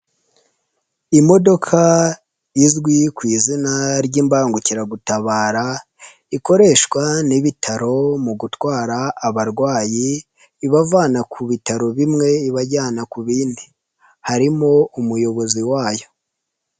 Imodoka izwi ku izina ry'imbangukiragutabara, ikoreshwa n'ibitaro mu gutwara abarwayi, ibavana ku bitaro bimwe ibajyana ku bindi. Harimo umuyobozi wayo.